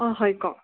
হয় কওক